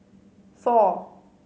four